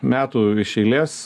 metų iš eilės